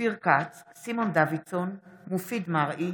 אופיר כץ, סימון דוידסון, מופיד מרעי,